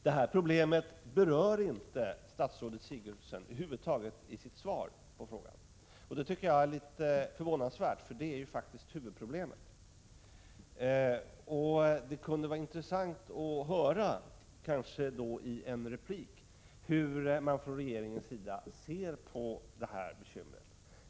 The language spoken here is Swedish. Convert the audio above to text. Detta problem berör inte statsrådet Sigurdsen över huvud taget i sitt svar på frågan. Det tycker jag är litet förvånande, eftersom det ju faktiskt är huvudproblemet. Det skulle vara intressant att höra hur regeringen ser på detta bekymmer.